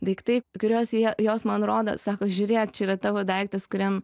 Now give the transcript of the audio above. daiktai kuriuos jie jos man rodo sako žiūrėk čia yra tavo daiktas kuriam